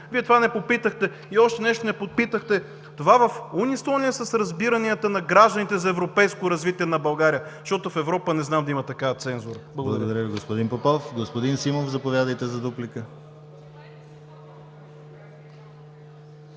Вие не попитахте това. И още нещо не попитахте: това в унисон ли е с разбиранията на гражданите за европейско развитие на България, защото в Европа не знам за има такава цензура? Благодаря